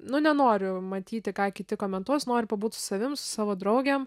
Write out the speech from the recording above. nu nenoriu matyti ką kiti komentuos noriu pabūti su savim su savo draugėm